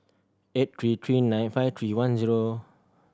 eight three three nine five three one zero